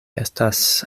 estas